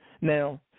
Now